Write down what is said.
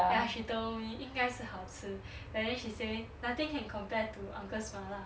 ya she told 应该是好吃 then she say nothing can compare to uncle's 麻辣